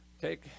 take